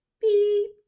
beep